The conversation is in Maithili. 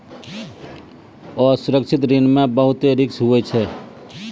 असुरक्षित ऋण मे बहुते रिस्क हुवै छै